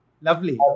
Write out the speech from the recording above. Lovely